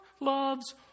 loves